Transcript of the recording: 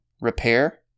repair